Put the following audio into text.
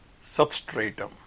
substratum